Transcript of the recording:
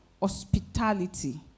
hospitality